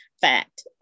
fact